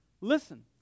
listen